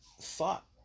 thought